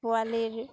পোৱালিৰ